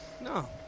No